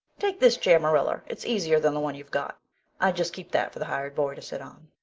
take this chair, marilla it's easier than the one you've got i just keep that for the hired boy to sit on.